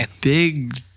big